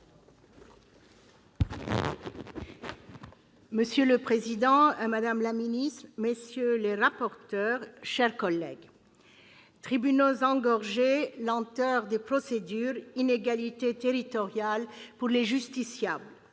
Monsieur le président, madame la ministre, messieurs les rapporteurs, chers collègues, tribunaux engorgés, lenteur des procédures, inégalités territoriales pour les justiciables